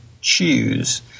choose